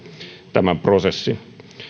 tämän prosessin